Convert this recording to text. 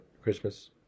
Christmas